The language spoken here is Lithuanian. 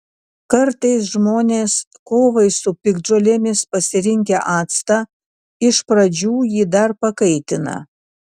kartais žmonės kovai su piktžolėmis pasirinkę actą iš pradžių jį dar pakaitina